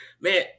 man